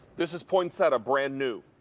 this is poinsettia, brand-new,